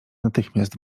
natychmiast